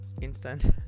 instant